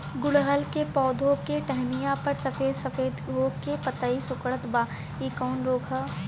गुड़हल के पधौ के टहनियाँ पर सफेद सफेद हो के पतईया सुकुड़त बा इ कवन रोग ह?